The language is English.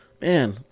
man